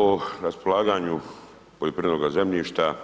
O raspolaganju poljoprivrednoga zemljišta